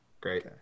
Great